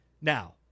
Now